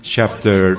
Chapter